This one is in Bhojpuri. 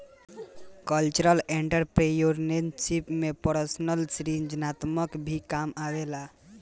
कल्चरल एंटरप्रेन्योरशिप में पर्सनल सृजनात्मकता भी काम आवेला